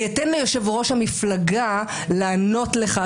אני אתן ליושב-ראש המפלגה לענות לך,